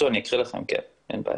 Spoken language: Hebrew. אני אמצא ואני אקריא לכם, אין בעיה.